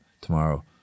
tomorrow